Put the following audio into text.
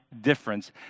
difference